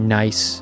nice